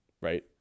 right